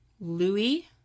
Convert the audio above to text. Louis